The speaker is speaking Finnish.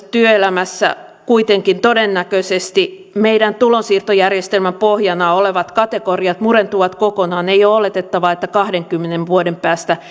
työelämässä kuitenkin todennäköisesti meidän tulonsiirtojärjestelmän pohjana olevat kategoriat murentuvat kokonaan eikä ole oletettavaa että kahdenkymmenen vuoden päästä